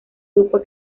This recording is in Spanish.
grupo